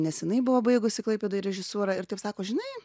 nes jinai buvo baigusi klaipėdoj režisūrą ir taip sako žinai